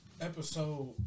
episode